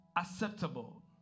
acceptable